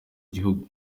gihugu